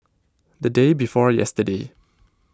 the day before yesterday